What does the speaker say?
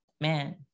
man